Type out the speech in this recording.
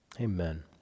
Amen